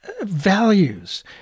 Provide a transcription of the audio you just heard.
values